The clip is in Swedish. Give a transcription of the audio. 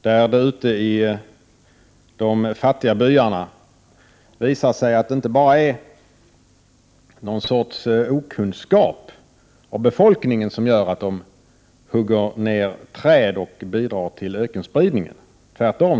Det visar sig att det inte bara är något slags okunnighet hos människorna ute i de fattiga byarna som gör att de hugger ned träd och bidrar till ökenspridningen. Tvärtom.